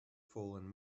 fallen